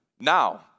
now